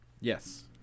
Yes